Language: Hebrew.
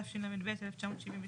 התשל"ב-1972,